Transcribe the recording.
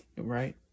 right